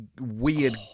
weird